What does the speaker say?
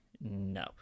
No